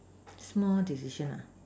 small decision